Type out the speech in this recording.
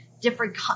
different